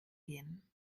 gehen